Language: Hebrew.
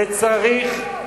וצריך,